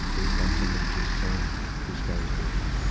based on somebody just saying this guy is this.